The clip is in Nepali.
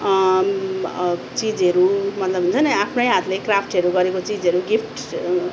चिजहरू मतलब हुन्छ नि आफ्नै हातले क्राफ्टहरू गरेको चिजहरू गिफ्ट